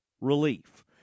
relief